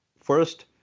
first